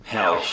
Hell